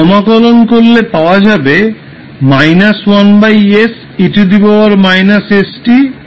সমাকলন করলে পাওয়া যাবে